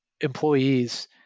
employees